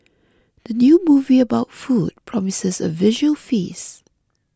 the new movie about food promises a visual feast